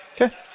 Okay